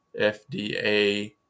FDA